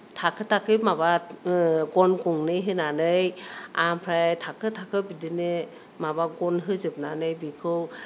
थाखो थाखोयै माबा गन गंनै होनानै ओमफ्राय थाखो थाखो बिदिनो माबा गन होजोबनानै बिखौ